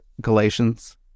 Galatians